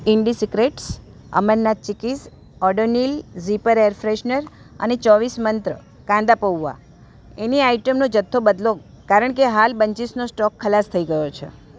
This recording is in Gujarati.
ઈન્ડીસિક્રેટસ અમરનાથ ચીકીસ ઓડોનીલ ઝીપર એર ફ્રેશનર અને ચોવીસ મંત્ર કાંદા પૌંવા એની આઇટમનો જથ્થો બદલો કારણકે હાલ બંચીસનો સ્ટોક ખલાસ થઈ ગયો છે